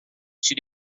she